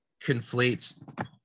conflates